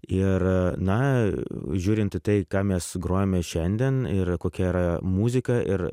ir na žiūrint į tai ką mes grojame šiandien ir kokia yra muzika ir